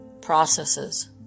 processes